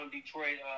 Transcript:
Detroit